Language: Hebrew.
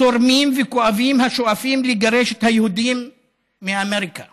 צורמים וכואבים, השואפים לגרש את היהודים מאמריקה